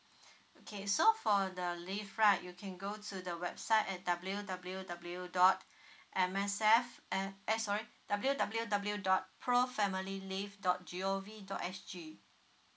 okay so for the leave right you can go to the website and w w w dot M S F and I sorry w w w dot pro family leave dot g o v dot s g